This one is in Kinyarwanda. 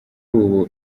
ubu